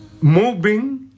moving